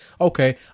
Okay